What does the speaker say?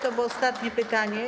To było ostatnie pytanie.